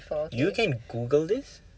you can Google this